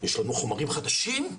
'יש לנו חומרים חדשים,